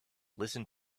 listen